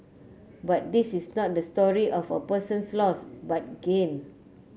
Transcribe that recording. but this is not the story of a person's loss but gain